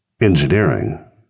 engineering